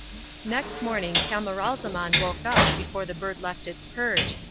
next morning camaralzaman woke up before the bird left its perch,